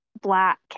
Black